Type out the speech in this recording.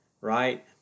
right